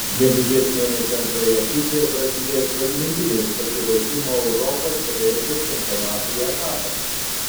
gegužės mėnesio antroje pusėje prasidės pagrindinis pasiruošimo europos regbio čempionatui etapas